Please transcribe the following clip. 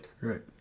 Right